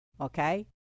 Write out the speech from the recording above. Okay